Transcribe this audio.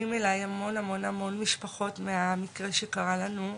אליי המון המון משפחות מהמקרה שקרה לנו,